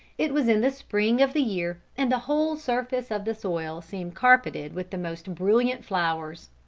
it was in the spring of the year and the whole surface of the soil seemed carpeted with the most brilliant flowers.